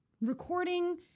recording